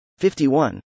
51